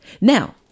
Now